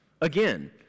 Again